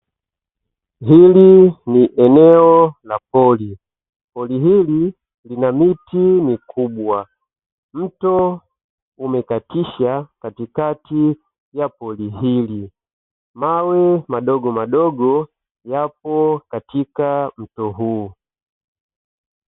Hili ni eneo la pori. Pori hili lina miti mikubwa, mto umekatisha katikati ya pori hili, mawe madogomadogo yapo katika mto huu.